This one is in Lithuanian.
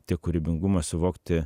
tiek kūrybingumas suvokti